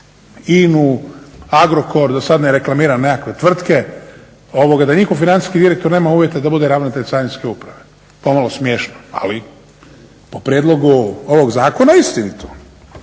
INA-u, Agrokor, da sad ne reklamiram nekakve tvrtke, da njihov financijski direktor nema uvjete da bude ravnatelj Carinske uprave. Pomalo smiješno, ali po prijedlogu ovog zakona istinito.